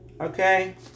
okay